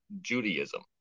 Judaism